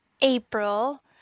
April